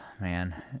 man